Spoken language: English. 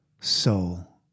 soul